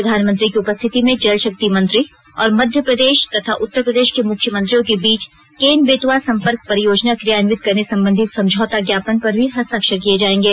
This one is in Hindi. प्रधानमंत्री की उपस्थिति में जल शक्ति मंत्री और मध्य प्रदेश तथा उत्तर प्रदेश के मुख्यमंत्रियों के बीच केन बेतवा संपर्क परियोजना क्रियान्वित करने संबंधी समझौता ज्ञापन पर भी हस्ताक्षर किए जाएंगे